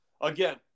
again